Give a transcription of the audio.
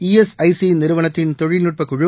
ESIC நிறுவனத்தின் தொழில்நுட்ப குழு